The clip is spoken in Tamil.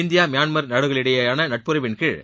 இந்தியா மியான்மர் நாடுகளிடையேயான நட்புறவின்கீழ்